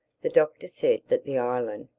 the doctor said that the island,